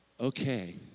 Okay